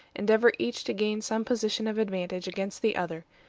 endeavor each to gain some position of advantage against the other,